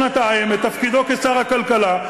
שנתיים בתפקידו כשר הכלכלה,